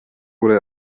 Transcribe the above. wurde